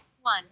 one